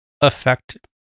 affect